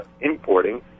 importing